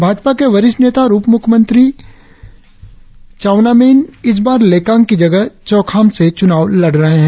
भाजपा के वरिष्ठ नेता और उप मुख्यमंत्री चाउना मैन इस बार लेकांग की जगह चौखाम से नामांकन भरा है